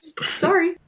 Sorry